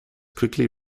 quickly